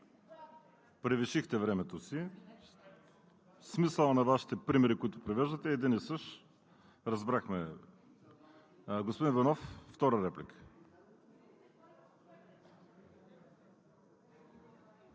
Превишихте времето си. Смисълът на Вашите примери, които привеждате, е един и същ. Разбрахме. Господин Иванов – втора реплика.